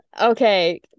Okay